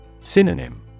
Synonym